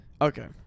okay